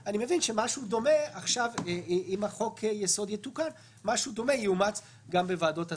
אני מבין שאם חוק-היסוד יתוקן אז משהו דומה יאומץ גם בוועדות השרים.